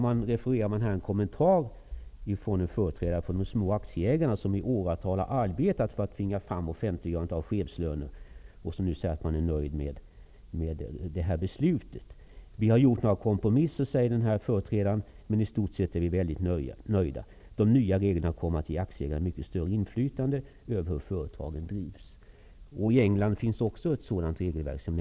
Man refererar till en kommentar lämnad av företrädare för små aktieinnehavare, som i åratal har han arbetat för att tvinga fram ett offentliggörande av chefslöner: ''Vi har gjort några kompromisser, men i stort sett är vi väldigt nöjda. De nya reglerna kommer att ge aktieägarna mycket större inflytande över hur företagen drivs.'' I England finns också ett sådant här regelverk.